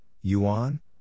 Yuan